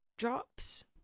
drops